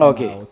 Okay